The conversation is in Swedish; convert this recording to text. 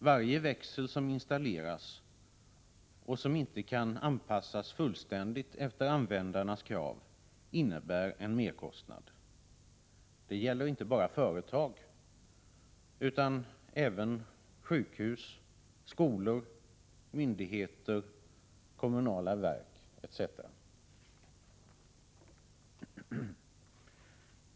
Varje växel som installeras och som inte kan anpassas fullständigt efter användarnas krav innebär en merkostnad. Det gäller inte bara företag utan även sjukhus, skolor, myndigheter, kommunala verk, etc.